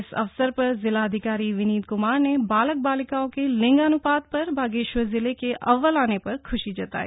इस अवसर पर जिलाधिकारी ने विनीत क्मार बालक बालिकाओं के लिंगान्पात पर बागेश्वर जिले के अव्वल आने पर ख्शी जताई